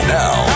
now